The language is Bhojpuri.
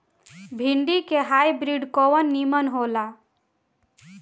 भिन्डी के हाइब्रिड कवन नीमन हो ला?